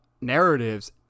narratives